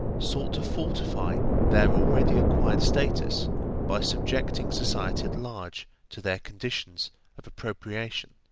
sought to fortify their already acquired status by subjecting society at large to their conditions of appropriation.